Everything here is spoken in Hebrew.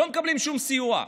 הם לא מקבלים שום סיוע.